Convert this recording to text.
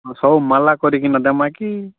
ସବୁ ମାଲା କରିକିନା ଦେବାଁ କି